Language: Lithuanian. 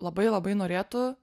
labai labai norėtų